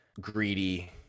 greedy